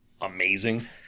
amazing